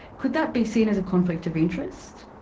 could that be seen as a conflict of interest?